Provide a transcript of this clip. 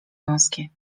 wąskie